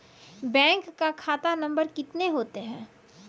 Bank का खाता नम्बर कितने होते हैं?